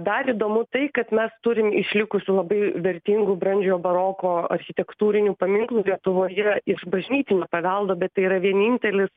dar įdomu tai kad mes turim išlikusių labai vertingų brandžiojo baroko architektūrinių paminklų lietuvoje iš bažnytinio paveldo bet tai yra vienintelis